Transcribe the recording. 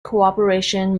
cooperation